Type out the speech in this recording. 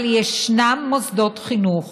אבל ישנם מוסדות חינוך